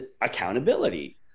accountability